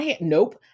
nope